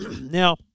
Now